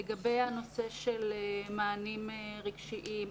לגבי הנושא של מענים רגשיים,